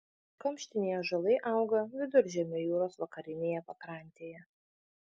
kamštiniai ąžuolai auga viduržemio jūros vakarinėje pakrantėje